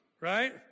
right